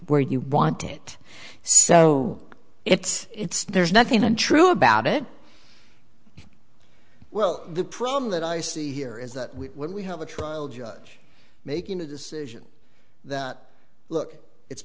where you want it so it's it's there's nothing untrue about it well the problem that i see here is that we when we have a trial judge making a decision that look it's